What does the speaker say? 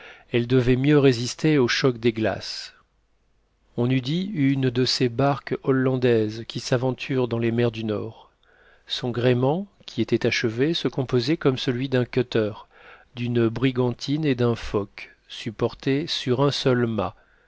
elle devait mieux résister au choc des glaces on eût dit une de ces barques hollandaises qui s'aventurent dans les mers du nord son gréement qui était achevé se composait comme celui d'un cutter d'une brigantine et d'un foc supportés sur un seul mât